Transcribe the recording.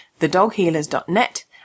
thedoghealers.net